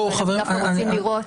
אז אנחנו רוצים לראות.